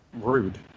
Rude